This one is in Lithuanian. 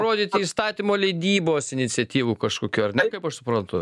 rodyti įstatymo leidybos iniciatyvų kažkokių ar ne kaip aš suprantu